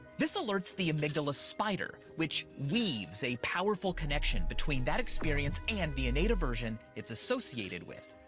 this alerts the amygdala spider, which weaves a powerful connection between that experience and the innate aversion it's associated with.